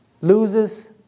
loses